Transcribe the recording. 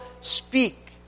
speak